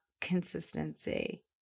consistency